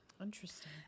Interesting